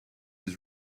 his